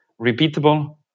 repeatable